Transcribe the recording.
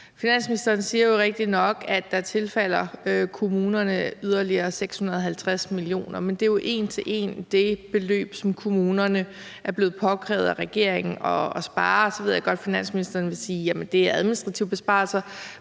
nok, at der tilfalder kommunerne yderligere 650 mio. kr., men det er jo en til en det beløb, som kommunerne er blevet påkrævet af regeringen at spare. Så ved jeg godt, at finansministeren vil sige, at det er administrative besparelser,